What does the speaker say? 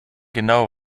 genau